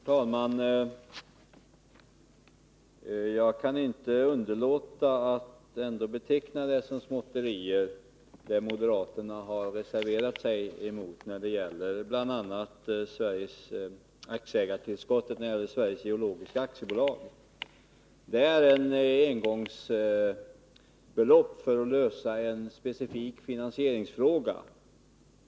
Herr talman! Jag kan inte underlåta att ändå beteckna det som moderaterna har reserverat sig emot, bl.a. aktieägartillskottet till Sveriges Geologiska AB, som småtterier. Det handlar om ett engångsbelopp som behövs för att klara en specifik finansieringsfråga.